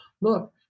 look